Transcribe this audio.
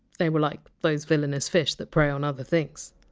they were like, those villainous fish that prey on other things.